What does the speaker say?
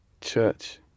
church